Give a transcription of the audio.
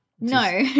No